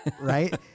right